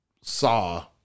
saw